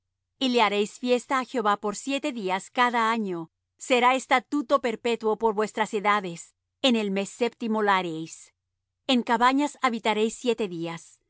y le haréis fiesta á jehová por siete días cada un año será estatuto perpetuo por vuestras edades en el mes séptimo la haréis en cabañas habitaréis siete días